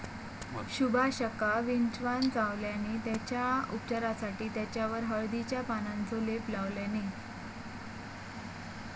सुभाषका विंचवान चावल्यान तेच्या उपचारासाठी तेच्यावर हळदीच्या पानांचो लेप लावल्यानी